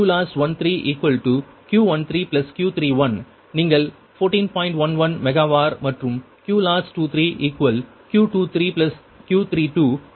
11 megavar மற்றும் QLOSS 23 Q23 Q32 1